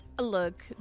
Look